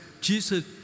Jesus